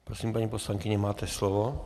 Prosím, paní poslankyně, máte slovo.